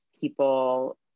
people